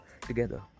together